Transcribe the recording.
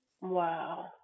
Wow